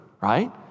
right